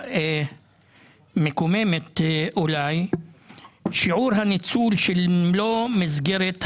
עובדה שהיא אולי מקוממת והיא ש"שיעור הניצול של מלוא מסגרת העו"ש,